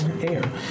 air